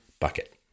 bucket